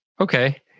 Okay